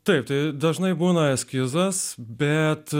taip tai dažnai būna eskizas bet